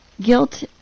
guilt